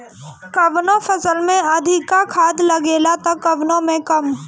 कवनो फसल में अधिका खाद लागेला त कवनो में कम